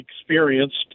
experienced